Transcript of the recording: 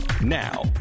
Now